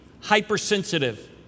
hypersensitive